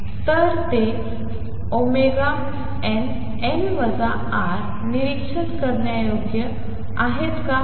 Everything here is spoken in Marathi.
तर ते ωnn τ निरीक्षण करण्यायोग्य आहेत का